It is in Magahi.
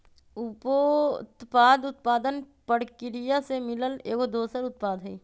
उपोत्पाद उत्पादन परकिरिया से मिलल एगो दोसर उत्पाद हई